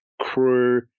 crew